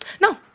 No